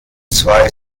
zwei